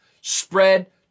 spread